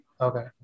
Okay